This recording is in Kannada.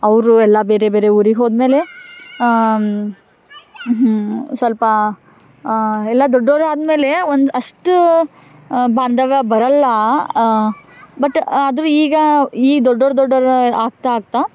ಅವರು ಎಲ್ಲ ಬೇರೆ ಬೇರೆ ಊರಿಗೆ ಹೋದ್ಮೇಲೆ ಸ್ವಲ್ಪ ಎಲ್ಲ ದೊಡ್ಡವರೇ ಆದ್ಮೇಲೆ ಒಂದು ಅಷ್ಟು ಬಾಂಧವ್ಯ ಬರೋಲ್ಲ ಬಟ್ ಆದ್ರೂ ಈಗ ಈ ದೊಡ್ಡವ್ರು ದೊಡ್ಡವ್ರು ಆಗ್ತಾ ಆಗ್ತಾ